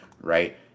right